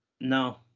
No